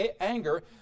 anger